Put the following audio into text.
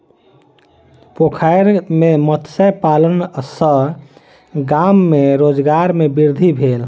पोखैर में मत्स्य पालन सॅ गाम में रोजगार में वृद्धि भेल